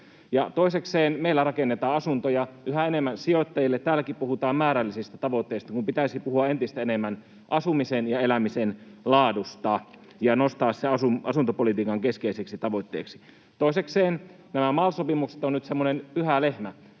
Toisekseen, meillä rakennetaan asuntoja yhä enemmän sijoittajille. Täälläkin puhutaan määrällisistä tavoitteista, kun pitäisi puhua entistä enemmän asumisen ja elämisen laadusta ja nostaa se asuntopolitiikan keskeiseksi tavoitteeksi. Toisekseen nämä MAL-sopimukset ovat nyt semmoinen pyhä lehmä.